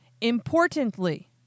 Importantly